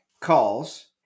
calls